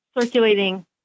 circulating